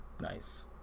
Nice